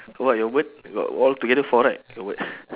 how about your bird you got altogether four right your bird